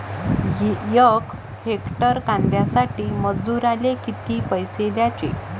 यक हेक्टर कांद्यासाठी मजूराले किती पैसे द्याचे?